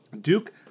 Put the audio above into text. Duke